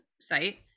site